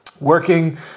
working